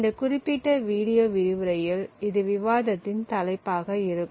இந்த குறிப்பிட்ட வீடியோ விரிவுரையில் இது விவாதத்தின் தலைப்பாக இருக்கும்